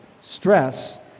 stress